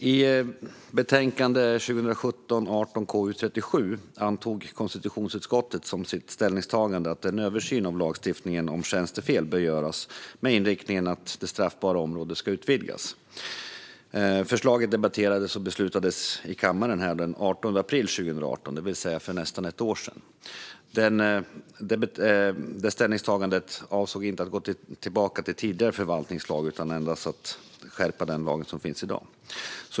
I betänkande 2017/18:KU37 antog konstitutionsutskottet som sitt ställningstagande att en översyn av lagstiftningen om tjänstefel bör göras, med inriktningen att det straffbara området ska utvidgas. Förslaget debatterades och beslutades här i kammaren den 18 april 2018, det vill säga för nästan ett år sedan. Ställningstagandet avsåg inte tidigare förvaltningslag utan handlade om att skärpa den lag som finns i dag.